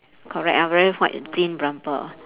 correct ah very white thin bumper